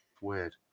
Weird